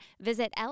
visit